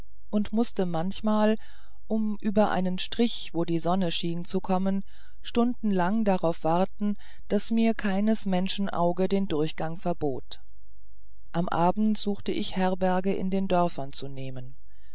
und mußte manchmal um über einen strich wo die sonne schien zu kommen stundenlang darauf warten daß mir keines menschen auge den durchgang verbot am abend suchte ich herberge in den dörfern zu nehmen